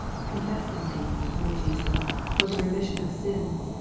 confessing thee, lord jesus, for the remission of sins,